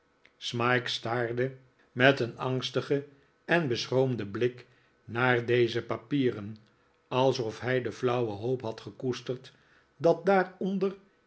smike staarde met een angstigen en beschroomden blik naar deze papieren alsof hij de flauwe hoop had gekoesterd dat